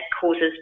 causes